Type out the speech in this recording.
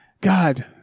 God